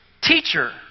Teacher